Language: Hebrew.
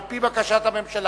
על-פי בקשת הממשלה.